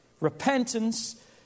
Repentance